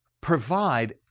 provide